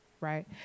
right